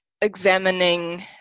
examining